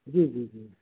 जी जी